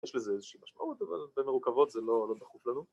‫יש לזה איזושהי משמעות, ‫אבל בהן מרוכבות זה לא דחוף לנו.